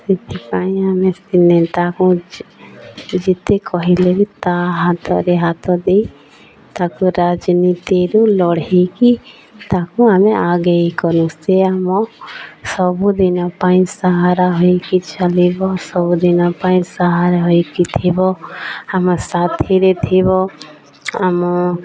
ସେଥିପାଇଁ ଆମେ ନେତାକୁ ଯେତେ କହିଲେ ବି ତା' ହାତରେ ହାତ ଦେଇ ତାକୁ ରାଜନୀତିରୁ ଲଢ଼ାଇକି ତାକୁ ଆମେ ଆଗେଇ କରୁ ସେ ଆମ ସବୁଦିନ ପାଇଁ ସହାରା ହୋଇକି ଚାଲିବ ସବୁଦିନ ପାଇଁ ସହାରା ହୋଇକି ଥିବ ଆମ ସାଥିରେ ଥିବ ଆମ